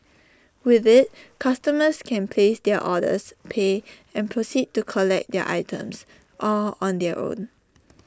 with IT customers can place their orders pay and proceed to collect their items all on their own